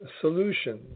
solutions